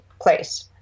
place